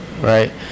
right